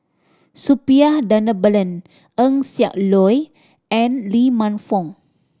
Suppiah Dhanabalan Eng Siak Loy and Lee Man Fong